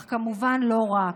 אך כמובן לא רק.